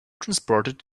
transported